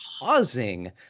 causing